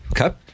Okay